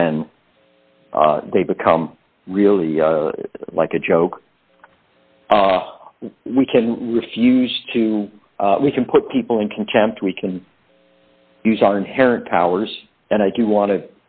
then they become really like a joke we can refuse to we can put people in contempt we can use our inherent powers and i do want